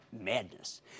madness